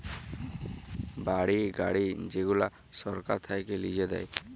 বাড়ি, গাড়ি যেগুলা সরকার থাক্যে লিজে দেয়